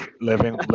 living